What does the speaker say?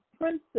princess